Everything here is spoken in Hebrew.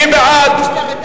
ההסתייגויות של קבוצת סיעת